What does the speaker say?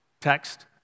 text